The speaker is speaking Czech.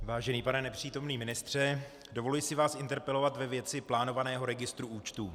Vážený pane nepřítomný ministře, dovoluji si vás interpelovat ve věci plánovaného registru účtů.